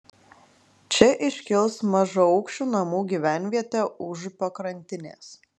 čia iškils mažaaukščių namų gyvenvietė užupio krantinės